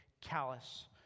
callous